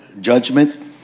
judgment